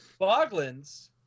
Boglins